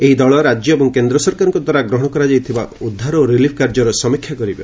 ଏହି ଦଳ ରାଜ୍ୟ ଏବଂ କେନ୍ଦ ସରକାରଙ୍କଦ୍ୱାରା ଗ୍ରହଣ କରାଯାଇଥିବା ଉଦ୍ଦାର ଓ ରିଲିଫ୍ କାର୍ଯ୍ୟର ସମୀକ୍ଷା କରିବ